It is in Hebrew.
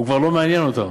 הוא כבר לא מעניין אותם.